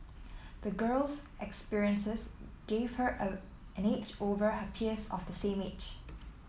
the girl's experiences gave her a an edge over her peers of the same age